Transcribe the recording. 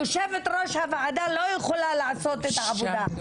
יושבת ראש הוועדה לא יכולה לעשות את העבודה.